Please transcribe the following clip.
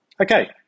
Okay